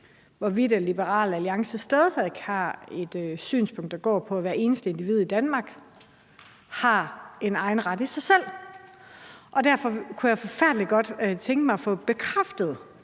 hvorvidt Liberal Alliance stadig væk har et synspunkt, der går på, at hvert eneste individ i Danmark har en egen ret i sig selv. Derfor kunne jeg forfærdelig godt tænke mig at få bekræftet,